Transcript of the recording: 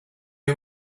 you